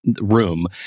room